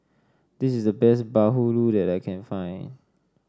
this is the best Bahulu that I can find